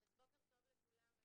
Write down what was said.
בוקר טוב לכולם.